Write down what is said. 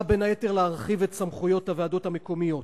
בין היתר להרחיב את סמכויות הוועדות המקומיות,